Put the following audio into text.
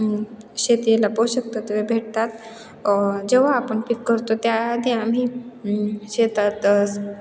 शेतीला पोषक तत्वे भेटतात जेव्हा आपण पीक करतो त्याआधी आम्ही शेतातच